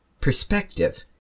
perspective